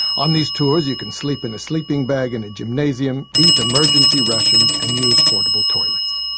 on these tours you can sleep in a sleeping bag in a gymnasium, eat emergency rations and use portable toilets.